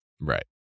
Right